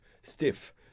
stiff